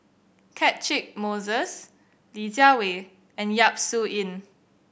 Catchick Moses Li Jiawei and Yap Su Yin